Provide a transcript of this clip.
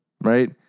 right